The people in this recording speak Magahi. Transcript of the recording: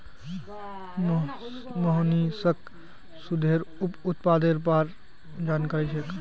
मोहनीशक दूधेर उप उत्पादेर बार जानकारी छेक